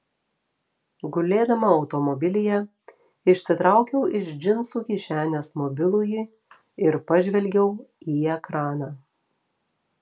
gulėdama automobilyje išsitraukiau iš džinsų kišenės mobilųjį ir pažvelgiau į ekraną